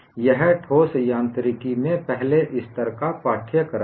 यह ठोस यांत्रिकी में पहले स्तर का पाठ्यक्रम है